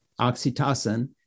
oxytocin